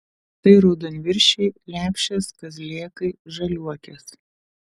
tai raudonviršiai lepšės kazlėkai žaliuokės